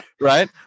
Right